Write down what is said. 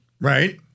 Right